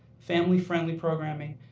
family-friendly programming,